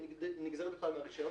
היא נגזרת בכלל מהרישיון